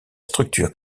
structure